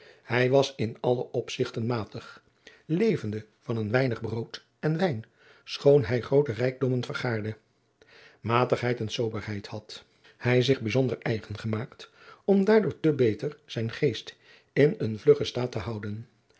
hij was in alle opzigten matig levende van een weinig brood en wijn schoon hij groote rijkdommen vergaderde matigheid en soberheid had hij zich bijzonder eigen gemaakt om daardoor te beter zijn geest in een vluggen staat te houden